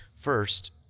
First